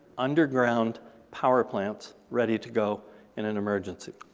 underground power plants ready to go in an emergency.